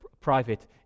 private